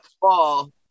fall